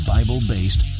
Bible-based